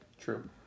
True